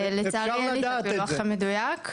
לצערי אין לי את הפילוח המדויק.